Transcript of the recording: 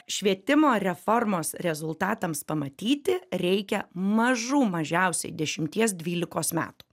švietimo reformos rezultatams pamatyti reikia mažų mažiausiai dešimties dvylikos metų